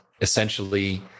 essentially